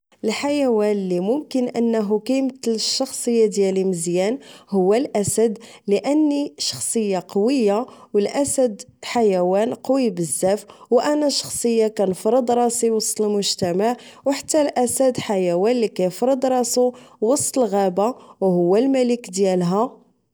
لحيوان واللي ممكن انه يمثل الشخصيه ديالي مزيان هو الاسد لاني شخصيه قويه والاسد حيوان قوي بزاف وانا شخصيه كتفرض راسي وسط المجتمع وحتى الاسد حيوان اللي يفرض راسو وسط الغابه وهو الملك ديالها